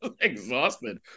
Exhausted